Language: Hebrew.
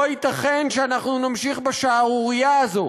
לא ייתכן שאנחנו נמשיך בשערורייה הזאת